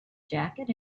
jacket